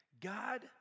God